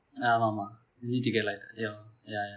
ஆமா ஆமா:aama aama you need get like ya ya ya